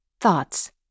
Thoughts